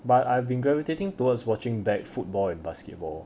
but I've been gravitating towards watching back football and basketball